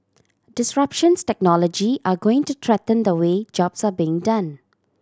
disruptions technology are going to threaten the way jobs are being done